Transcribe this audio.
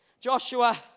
Joshua